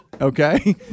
okay